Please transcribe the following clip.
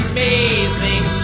Amazing